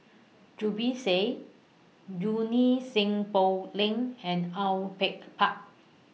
Zubir Said Junie Sng Poh Leng and Au Yue Pak